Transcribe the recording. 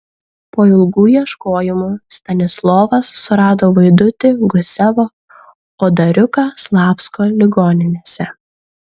po ilgų ieškojimų stanislovas surado vaidutį gusevo o dariuką slavsko ligoninėse